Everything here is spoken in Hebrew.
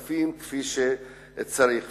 הכסף כפי שצריך.